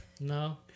No